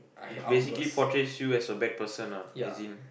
basically portrays you as a bad person ah as in